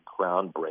groundbreaking